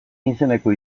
izeneko